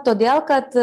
todėl kad